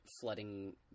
flooding